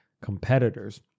competitors